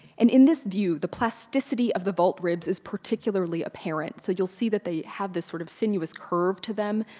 and in this view, the plasticity of the vault ribs is particularly apparent. so you'll see that they have this sort of sinuous curve to them.